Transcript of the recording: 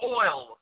oil